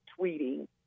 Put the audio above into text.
tweeting